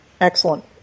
Excellent